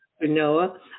Noah